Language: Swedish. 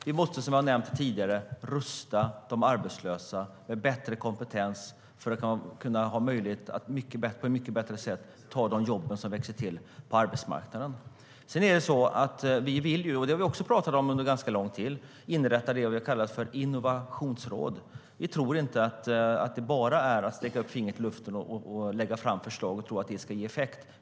Vi måste, som jag har nämnt tidigare, rusta de arbetslösa med bättre kompetens för att de ska ha möjlighet att på ett mycket bättre sätt ta de jobb som växer fram på arbetsmarknaden. Vi vill, och det har vi också talat om under ganska lång tid, inrätta det vi kallar innovationsråd. Vi tror inte att det bara är att sätta upp fingret i luften och lägga fram förslag och tro att det ska ge effekt.